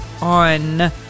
on